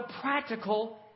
practical